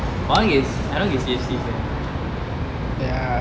but I want to get I want to get C_F_C sia